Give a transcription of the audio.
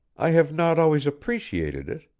i have not always appreciated it,